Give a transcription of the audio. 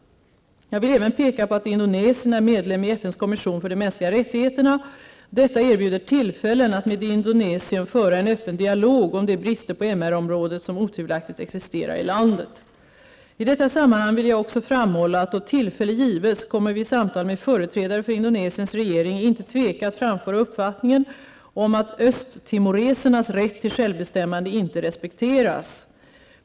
Jag vill även peka på att Indonesien är medlem i Detta erbjuder tillfällen att med Indonesien föra en öppen dialog om de brister på MR-området som otvivelaktigt existerar i landet. I detta sammanhang vill jag också framhålla att då tillfälle gives kommer vi i samtal med företrädare för Indonesiens regering inte tveka att framföra uppfattningen att östtimoresernas rätt till självbestämmande inte respekteras.